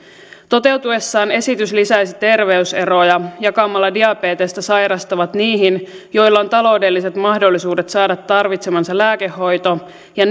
toteutuessaan esitys lisäisi terveyseroja jakamalla diabetesta sairastavat niihin joilla on taloudelliset mahdollisuudet saada tarvitsemansa lääkehoito ja